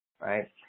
right